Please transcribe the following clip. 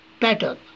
pattern